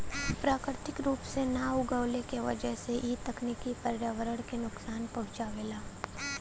प्राकृतिक रूप से ना उगवले के वजह से इ तकनीकी पर्यावरण के नुकसान पहुँचावेला